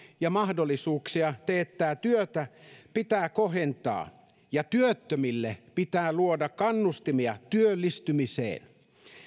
ja mahdollisuuksia teettää työtä pitää kohentaa ja työttömille pitää luoda kannustimia työllistymiseen